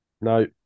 No